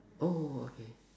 oh okay